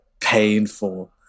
painful